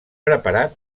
preparat